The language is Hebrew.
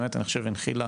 אני חושב הנחילה